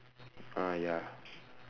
ah ya